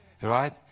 right